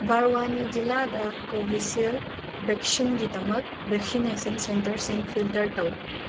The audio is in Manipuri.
ꯕꯥꯔꯋꯥꯅꯤ ꯖꯤꯂꯥꯗ ꯀꯣꯚꯤꯁꯤꯜ ꯚꯦꯛꯁꯤꯟꯒꯤꯗꯃꯛ ꯚꯦꯛꯁꯤꯅꯦꯁꯟ ꯁꯦꯟꯇꯔꯁꯤꯡ ꯐꯤꯜꯇꯔ ꯇꯧ